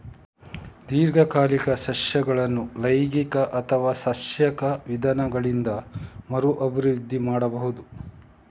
ದೀರ್ಘಕಾಲಿಕ ಸಸ್ಯಗಳನ್ನು ಲೈಂಗಿಕ ಅಥವಾ ಸಸ್ಯಕ ವಿಧಾನಗಳಿಂದ ಮರು ಅಭಿವೃದ್ಧಿ ಮಾಡಬಹುದು